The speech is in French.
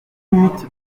huit